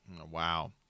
Wow